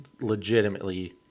legitimately